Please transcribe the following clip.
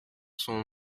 son